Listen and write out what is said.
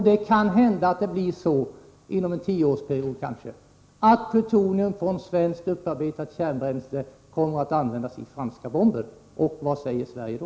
Det kan hända att det blir så, inom en tioårsperiod kanske, att plutonium från svenskt upparbetat kärnbränsle kommer att användas i franska bomber — och vad säger Sverige då?